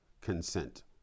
consent